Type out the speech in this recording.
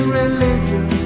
religion